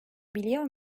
biliyor